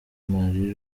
marie